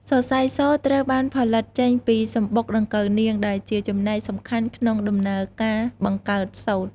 សរសៃសូត្រត្រូវបានផលិតចេញពីសំបុកដង្កូវនាង ដែលជាចំណែកសំខាន់ក្នុងដំណើរការបង្កើតសូត្រ។